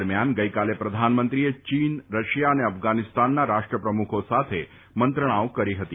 દરમિયાન ગઈકાલે પ્રધાનમંત્રીએ ચીન રશિયા અને અફધાનિસ્તાનના રાષ્ટ્રપ્રમુખો સાથે મંત્રણાઓ કરી ફતી